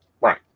Right